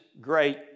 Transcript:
great